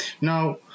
Now